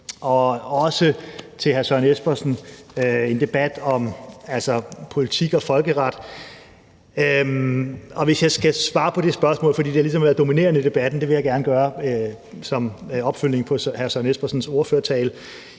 og også tak til hr. Søren Espersen for en debat om politik og folkeret. Hvis jeg skal svare på det spørgsmål, som blev stillet – det har ligesom været dominerende i debatten, og det vil jeg gerne gøre som opfølgning på hr. Søren Espersens ordførertale